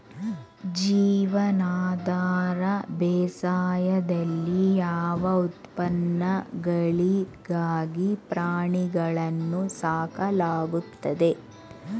ಜೀವನಾಧಾರ ಬೇಸಾಯದಲ್ಲಿ ಯಾವ ಉತ್ಪನ್ನಗಳಿಗಾಗಿ ಪ್ರಾಣಿಗಳನ್ನು ಸಾಕಲಾಗುತ್ತದೆ?